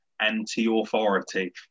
anti-authority